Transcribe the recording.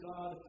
God